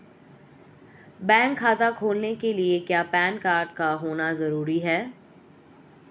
Bank खाता खोलने के लिए क्या पैन कार्ड का होना ज़रूरी है?